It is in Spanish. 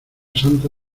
santa